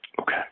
Okay